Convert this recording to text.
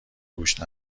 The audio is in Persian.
گوش